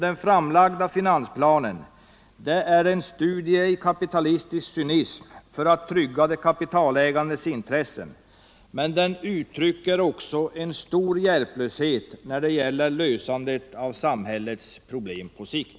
Den framlagda finansplanen är en studie i kapitalistisk cynism för att trygga de kapitalägandes intressen, men den uttrycker också stor hjälplöshet när det gäller lösandet av samhällets problem på sikt.